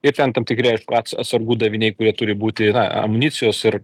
ir ten tam tikri aišku ats atsargų daviniai kurie turi būti yra amunicijos ir